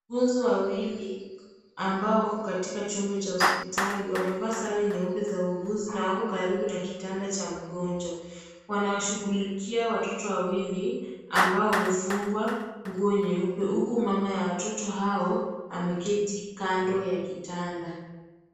Wauguzi wawili ambao wako katika chumba cha hospitali wamevaa sare nyeupe za wauguzi na wako karibu na kitanda cha mgonjwa. Wanawashughulikia watoto wawili ambao wamefungwa nguo nyeupe, huku mama ya watoto hao ameketi kando ya kitanda.